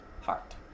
heart